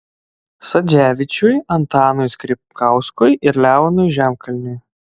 sadzevičiui antanui skripkauskui ir leonui žemkalniui